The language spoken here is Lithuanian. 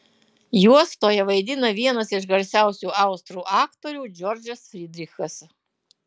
juostoje vaidina vienas iš garsiausių austrų aktorių džordžas frydrichas